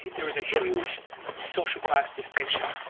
there was a huge social class distinction,